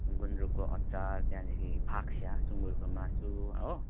गुन्द्रुकको अचार त्यहाँदेखि फाक्सा सुङ्गुरको मासु हो